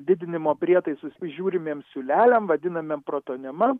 didinimo prietaisus įžiūrimiem siūleliam vadinamiem protonima